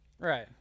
Right